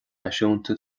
náisiúnta